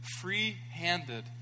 free-handed